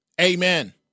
Amen